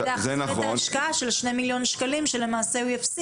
להחזיר את ההשקעה של 2 מיליון שקלים שהוא הפסיד.